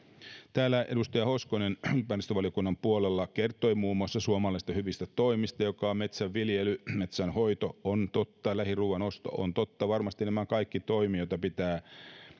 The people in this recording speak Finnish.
täällä edustaja hoskonen ympäristövaliokunnan puolelta kertoi muun muassa suomalaisten hyvistä toimista joita ovat metsänviljely ja metsänhoito on totta tai lähiruuan osto on totta varmasti nämä ovat kaikki toimia joita pitää